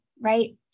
right